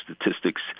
statistics